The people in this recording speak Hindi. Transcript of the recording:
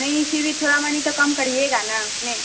नहीं इसी में थोड़ा मनी तो कम करिएगा ना उसमें